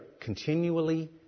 continually